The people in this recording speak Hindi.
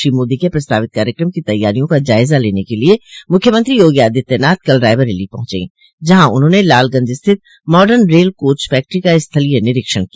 श्री मोदी के प्रस्तावित कार्यक्रम की तैयारियों का जायजा लेने के लिये मुख्यमंत्री योगो आदित्यनाथ कल रायबरेली पहुंचे जहां उन्होंने लालगंज स्थित मॉडर्न रेल कोच फैक्ट्री का स्थलीय निरीक्षण किया